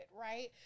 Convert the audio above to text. right